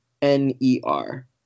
N-E-R